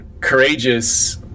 courageous